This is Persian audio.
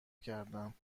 کردم